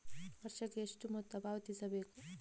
ವರ್ಷಕ್ಕೆ ಎಷ್ಟು ಮೊತ್ತ ಪಾವತಿಸಬೇಕು?